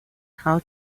how